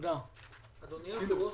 אדוני היושב-ראש,